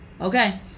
Okay